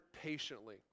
patiently